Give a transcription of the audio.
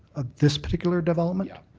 ah this particular development? yeah.